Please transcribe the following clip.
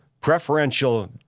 preferential